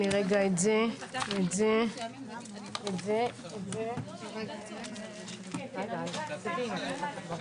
14:30.